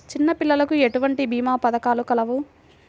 చిన్నపిల్లలకు ఎటువంటి భీమా పథకాలు కలవు?